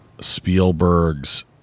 Spielberg's